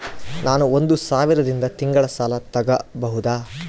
ನಾನು ಒಂದು ಸಾವಿರದಿಂದ ತಿಂಗಳ ಸಾಲ ತಗಬಹುದಾ?